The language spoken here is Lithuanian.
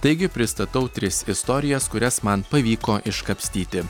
taigi pristatau tris istorijas kurias man pavyko iškapstyti